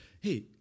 Hey